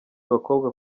bakobwa